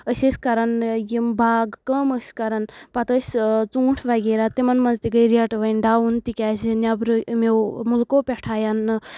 أسۍ ٲسۍ کَران یِم باغ کٲم ٲسۍ کَران پَتہٕ ٲسۍ ژوٗنٛٹھۍ وغیرہ تِمَن منٛز تہِ گٔے ریٹہٕ وۄنۍ ڈاوُن تِکیازِ نؠبرٕ یمو مُلکو پؠٹھ آیہِ اَنٕنہٕ